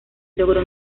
logró